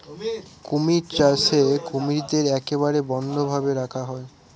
কুমির চাষে কুমিরদের একেবারে বদ্ধ ভাবে রাখা হয়